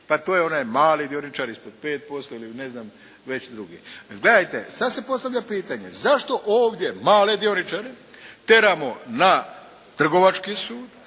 pa to je onaj mali dioničar ispod 5% ili ne znam već drugi. Gledajte sada se postavlja pitanje, zašto ovdje male dioničare tjeramo na trgovački sud